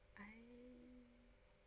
I